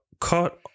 cut